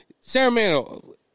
Ceremonial